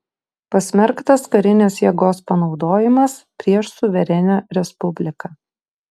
pasmerktas karinės jėgos panaudojimas prieš suverenią respubliką